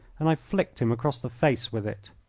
and i flicked him across the face with it.